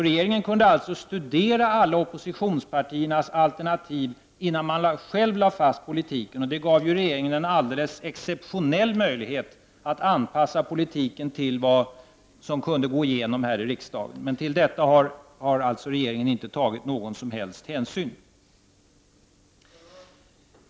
Regeringen kunde alltså studera alla oppositionspartiers alternativ innan den själv lade fast politiken, vilket gav regeringen en alldeles exceptionell möjlighet att anpassa politiken på ett sådant sätt att den kunde gå igenom här i riksdagen. Men till detta har regeringen alltså inte tagit någon som helst hänsyn.